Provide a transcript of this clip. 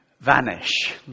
vanish